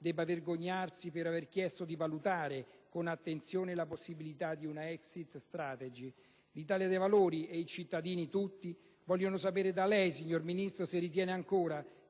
debba vergognarsi per aver chiesto di valutare con attenzione la possibilità di una *exit strategy*. L'Italia dei Valori e i cittadini tutti vogliono sapere da lei, signor Ministro, se ritiene ancora